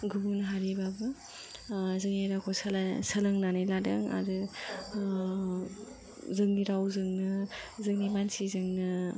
गुबुन हारिबाबो जोंनि रावखौ सोलोंनानै लादों आरो जोंनि रावजोंनो जोंनि मानसिजोंनो